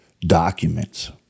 documents